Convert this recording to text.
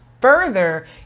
further